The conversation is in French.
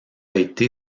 été